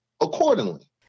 accordingly